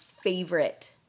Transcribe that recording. Favorite